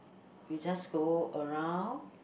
you just go around